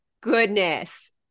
goodness